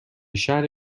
شهر